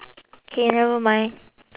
K never mind